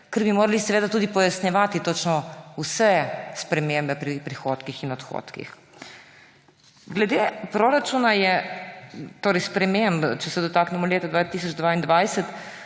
ker bi morali seveda tudi pojasnjevati točno vse spremembe pri prihodkih in odhodkih. Glede sprememb proračuna, če se dotaknemo leta 2022.